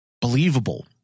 believable